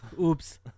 Oops